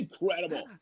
Incredible